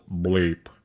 bleep